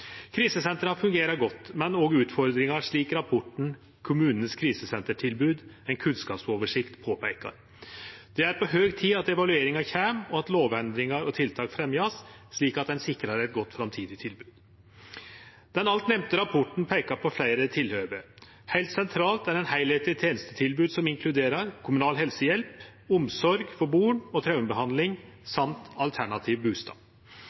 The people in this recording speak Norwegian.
fungerer godt, men har òg utfordringar, slik rapporten Kommunenes krisesentertilbud – en kunnskapsoversikt peikar på. Det er på høg tid at evalueringa kjem, og at lovendringar og tiltak vert fremja, slik at ein sikrar eit godt framtidig tilbod. Den alt nemnde rapporten peikar på fleire tilhøve. Heilt sentralt er eit heilskapleg tenestetilbod som inkluderer kommunal helsehjelp, omsorg for barn, traumebehandling samt alternativ bustad.